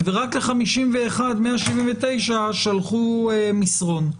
ורק ל-51,179 שלחו מסרון.